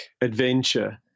adventure